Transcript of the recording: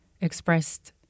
expressed